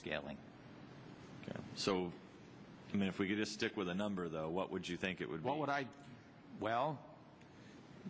scaling so i mean if we could just stick with a number though what would you think it would what would i well